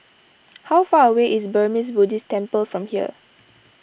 how far away is Burmese Buddhist Temple from here